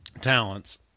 talents